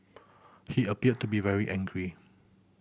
he appeared to be very angry